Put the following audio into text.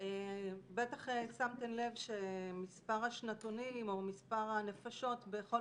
בטח שמתן לב שמספר השנתונים או מספר הנפשות בכל